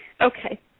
Okay